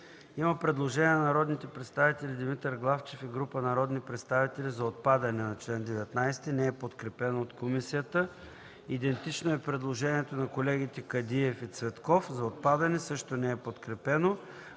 Има предложение на народния представител Димитър Главчев и група народни представители за отпадане на чл. 19. Комисията не подкрепя предложението. Идентично е предложението на колегите Кадиев и Цветков за отпадане. Също не е подкрепено